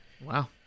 Wow